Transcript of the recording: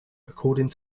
according